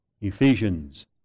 Ephesians